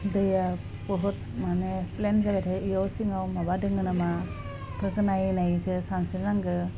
दैआ बुहुत मानि प्लेन एयाव सिङाव माबा दङ नामा बेफोरखौ नायै नायैसो सानस्रि नांगो